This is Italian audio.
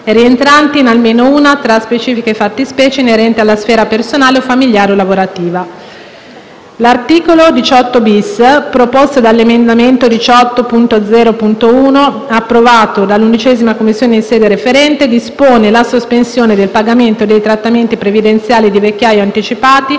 rientranti in almeno una tra specifiche fattispecie, inerenti alla sfera personale o familiare o lavorativa. L'articolo l8-*bis* - proposto dall'emendamento 18.0.1, approvato dall'11a Commissione in sede referente - dispone la sospensione del pagamento dei trattamenti previdenziali di vecchiaia o anticipati,